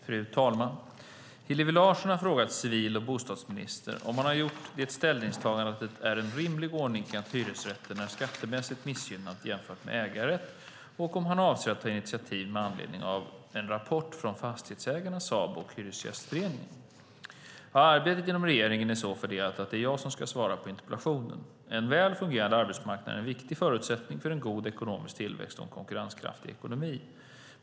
Fru talman! Hillevi Larsson har frågat civil och bostadsministern om han har gjort det ställningstagandet att det är en rimlig ordning att hyresrätten är skattemässigt missgynnad jämfört med ägarrätt och om han avser att ta några initiativ med anledning av en rapport från Fastighetsägarna, Sabo och Hyresgästföreningen. Arbetet inom regeringen är så fördelat att det är jag som ska svara på interpellationen. En väl fungerande arbetsmarknad är en viktig förutsättning för en god ekonomisk tillväxt och en konkurrenskraftig ekonomi.